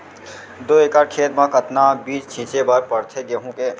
दो एकड़ खेत म कतना बीज छिंचे बर पड़थे गेहूँ के?